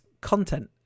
content